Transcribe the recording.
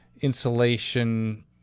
insulation